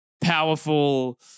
powerful